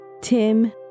Tim